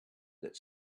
that